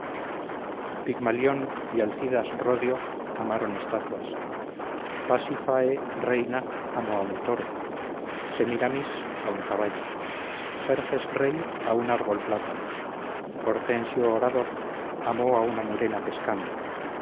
pigmalión y alcidas rodio amaron estatuas pasifae reina amó a un toro semíramis a un caballo jerjes rey a un árbol plátano hortensio orador amó a una murena pescado